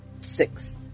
Six